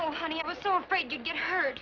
oh honey i was so afraid you get hurt